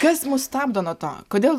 kas mus stabdo nuo to kodėl